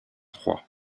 trois